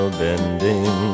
bending